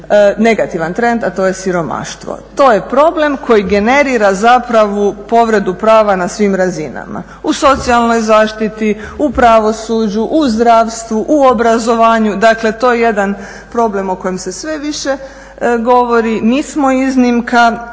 negativan trend, a to je siromaštvo. To je problem koji generira zapravo povredu prava na svim razinama. U socijalnoj zaštiti, u pravosuđu, u zdravstvu, u obrazovanju dakle to je jedan problem o kojem se sve više govori. Nismo iznimka